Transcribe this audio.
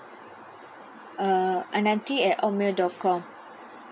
uh ananthiy at hotmail dot com